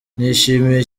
nishimiye